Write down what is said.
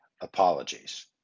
Apologies